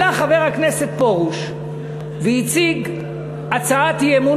עלה חבר הכנסת פרוש והציג הצעת אי-אמון